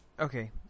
Okay